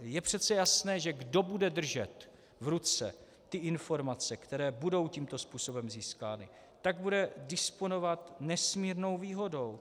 Je přece jasné, že kdo bude držet v ruce ty informace, které budou tímto způsobem získány, tak bude disponovat nesmírnou výhodou.